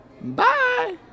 Bye